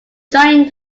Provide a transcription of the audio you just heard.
joined